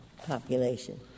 population